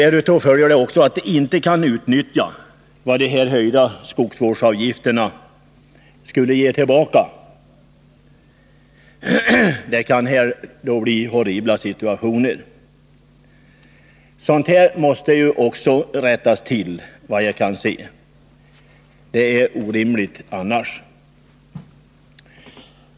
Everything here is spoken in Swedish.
Därav följer att de inte kan utnyttja vad de höjda skogsvårdsavgifterna kunde ge tillbaka i fråga om skattefördelar m.m. Det kan då uppstå horribla situationer. Sådana saker måste ju också rättas till; det vore orimligt annars.